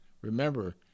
Remember